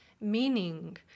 meaning